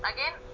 Again